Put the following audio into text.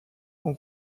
ont